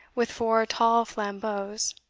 with four tall flambeaus,